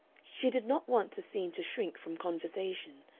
she did not want to seem to shrink from conversation,